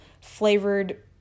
flavored